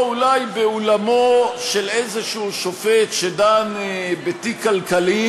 או אולי באולמו של איזשהו שופט שדן בתיק כלכלי